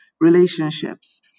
relationships